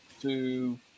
two